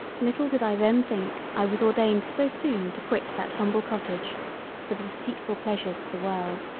little did i then think i was ordained so soon to quit that humble cottage for the deceitfull pleasures of the world.